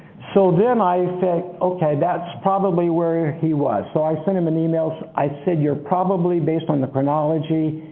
so then i said, okay, that's probably where he was. so i sent him an email. so i said you're probably, based on the chronology,